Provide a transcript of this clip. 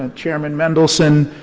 ah chairman mendelson,